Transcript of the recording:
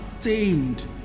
tamed